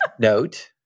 note